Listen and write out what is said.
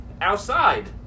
Outside